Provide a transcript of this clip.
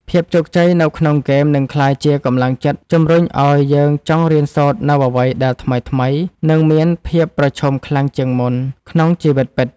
ភាពជោគជ័យនៅក្នុងហ្គេមនឹងក្លាយជាកម្លាំងចិត្តជម្រុញឱ្យយើងចង់រៀនសូត្រនូវអ្វីដែលថ្មីៗនិងមានភាពប្រឈមខ្លាំងជាងមុនក្នុងជីវិតពិត។